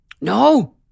No